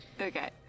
Okay